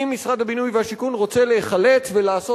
אם משרד הבינוי והשיכון רוצה להיחלץ ולעשות